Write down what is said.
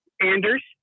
Anders